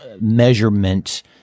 measurement